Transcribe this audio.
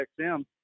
XM